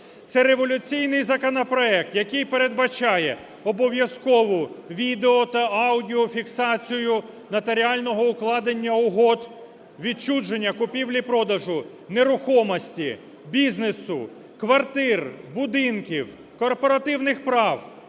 Це революційний законопроект, який передбачає обов'язкову відео та аудіофіксацію нотаріального укладання угод, відчуження, купівлі-продажу нерухомості, бізнесу, квартир, будинків, корпоративних прав,